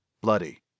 bloody